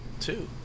Two